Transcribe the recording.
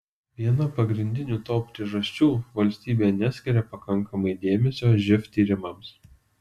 viena pagrindinių to priežasčių valstybė neskiria pakankamai dėmesio živ tyrimams